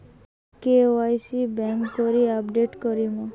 KYC কেঙ্গকরি update করিম?